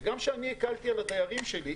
וגם כשאני הקלתי על הדיירים שלי,